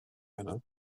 heno